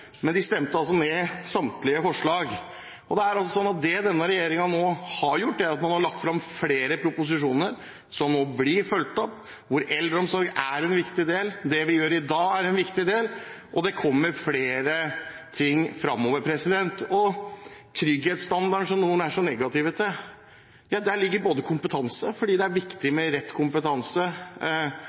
men de stemte altså ned samtlige forslag. Det denne regjeringen nå har gjort, er at man har lagt fram flere proposisjoner som også blir fulgt opp, hvor eldreomsorg er en viktig del, det vi gjør i dag er en viktig del, og det kommer flere ting framover. I trygghetsstandarden, som noen er så negative til, ligger bl.a. kompetanse, fordi det er viktig med kompetanse,